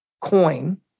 coin